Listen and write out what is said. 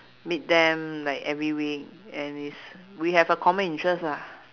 meet them like every week and is we have a common interest lah